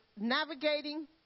navigating